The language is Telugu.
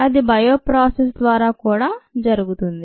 ఇది బయోప్రాసెస్ ద్వారా కూడా జరుగుతుంది